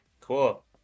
cool